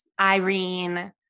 Irene